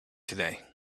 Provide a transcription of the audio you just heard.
today